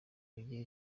bigira